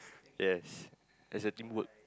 yes as a teamwork